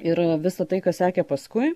ir visa tai kas sekė paskui